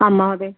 आं महोदय